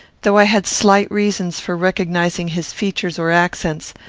though i had slight reasons for recognising his features or accents,